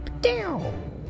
Down